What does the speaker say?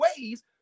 ways